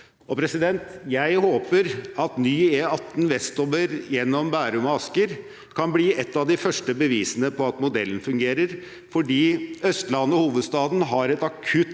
og bane. Jeg håper at ny E18 vestover gjennom Bærum og Asker kan bli et av de første bevisene på at modellen fungerer, fordi Østlandet og hovedstaden har et akutt